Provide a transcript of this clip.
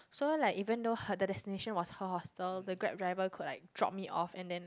so like even though her the destination was her hostel the Grab driver could like drop me off and then